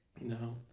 No